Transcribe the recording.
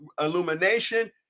illumination